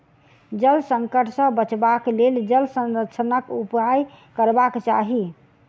जल संकट सॅ बचबाक लेल जल संरक्षणक उपाय करबाक चाही